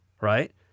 right